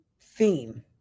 theme